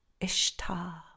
Ishtar